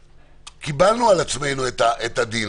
קיבלנו על עצמנו את הדיל,